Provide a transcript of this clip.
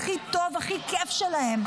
יפה, הכי טוב והכי כיף שלהם.